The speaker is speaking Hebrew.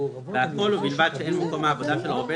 והכול ובלבד שאין במקום העבודה של העובד